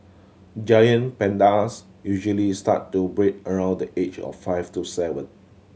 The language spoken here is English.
giant pandas usually start to breed around the age of five to seven